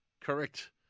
Correct